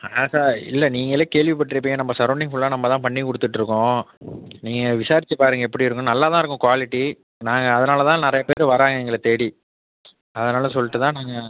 ஆ sir இல்லை நீங்களே கேள்விப்பட்ருப்பிங்க நம்ப சரௌண்டிங் ஃபுல்லாக நம்ப தான் பண்ணி கொடுத்துட்ருக்கோம் நீங்கள் விசாரிச்சு பாருங்கள் எப்படி இருக்கும்ன்னு நல்லா தான் இருக்கும் குவாலிட்டி நாங்கள் அதனால் தான் நிறையா பேர் வராங்க எங்களை தேடி அதனால் சொல்லிட்டு தான் நாங்கள்